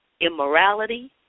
immorality